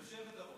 יושבת-ראש.